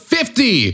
Fifty